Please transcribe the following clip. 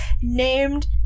named